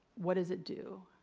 what does it do?